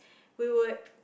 we would